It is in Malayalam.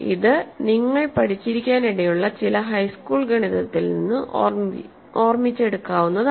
ഇത് നിങ്ങൾ പഠിച്ചിരിക്കാനിടയുള്ള ചില ഹൈസ്കൂൾ ഗണിതത്തിൽ നിന്ന് ഓർമിച്ചെടുക്കാവുന്നതാണ്